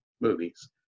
movies